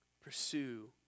pursue